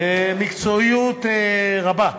במקצועיות רבה.